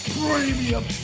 premium